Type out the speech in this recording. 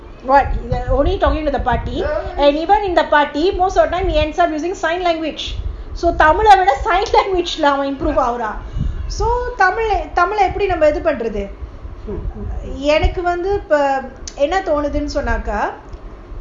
what only talking to the party and even in the party most of the time he ends up using sign language so எப்படிநாமஇதுபண்றதுஎனக்குவந்துஎன்னதோணுதுனுசொன்னாக்கா:eppadi nama idhu panrathu enaku vandhu enna thonuthunu sonnaka